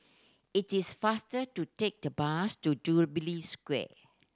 it is faster to take the bus to Jubilee Square